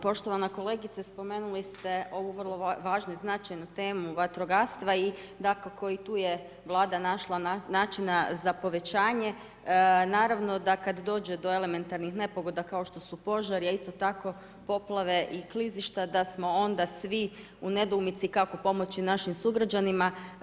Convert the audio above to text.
Poštovana kolegice, spomenuli ste ovu vrlo važnu i značajnu temu vatrogastva i dakako, i tu je Vlada našla načina za povećanje, naravno, da kada dođe do elementarnih nepogoda kao što su požari, a isto tako poplave i klizišta, da smo onda svi u nedoumici kako pomoći našim sugrađanima.